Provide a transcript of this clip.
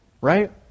right